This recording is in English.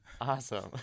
awesome